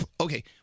Okay